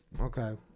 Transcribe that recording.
Okay